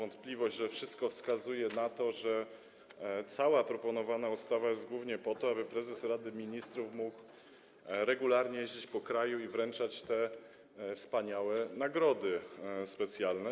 Otóż wszystko wskazuje na to, że cała proponowana ustawa jest głównie po to, aby prezes Rady Ministrów mógł regularnie jeździć po kraju i wręczać te wspaniałe nagrody specjalne.